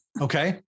Okay